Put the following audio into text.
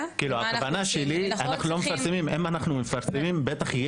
הכוונה שלי היא שאם היינו מפרסמים את השירות הזה,